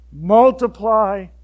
multiply